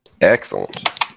Excellent